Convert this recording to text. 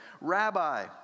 Rabbi